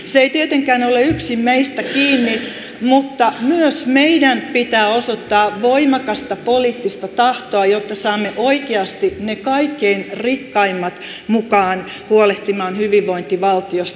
se ei tietenkään ole yksin meistä kiinni mutta myös meidän pitää osoittaa voimakasta poliittista tahtoa jotta saamme oikeasti ne kaikkein rikkaimmat mukaan huolehtimaan hyvinvointivaltiosta